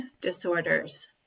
disorders